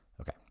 Okay